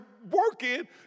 working